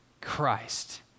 Christ